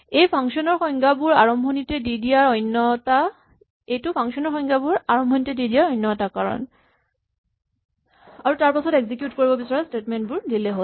এইটো ফাংচন ৰ সংজ্ঞাবোৰ আৰম্ভণিতে দি দিয়াৰ অন্য এটা কাৰণ আৰু তাৰপাছত এক্সিকিউট কৰিব বিচৰা স্টেটমেন্ট বোৰ দিলেই হ'ল